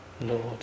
Lord